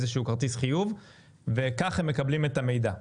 לינק לאיזה שהוא כרטיס חיוב וכך הם מקבלים את המידע,